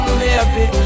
baby